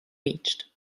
reached